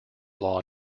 law